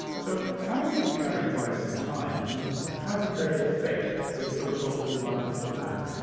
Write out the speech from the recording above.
so how would you characterise the times, and how did they affect the philosophical life of the man?